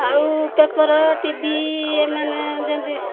ଆଉ paper T V ଏମାନେ ଯେନ୍ତି